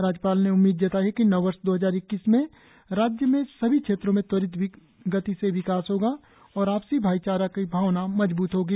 राज्यपाल ने उम्मीद जताई है कि नववर्ष दो हजार इक्कीस में राज्य में सभी क्षेत्रों में त्वरित गति से विकास होगा और आपसी भाईचारा की भावना सजबूत होगी